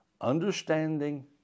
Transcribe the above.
understanding